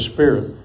Spirit